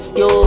yo